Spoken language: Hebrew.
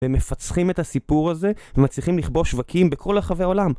הם מפצחים את הסיפור הזה, ומצליחים לכבוש שווקים בכל רחבי העולם.